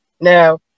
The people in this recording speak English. Now